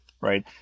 right